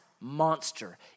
monster